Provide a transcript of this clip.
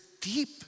deep